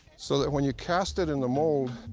so that when you cast it in the mold,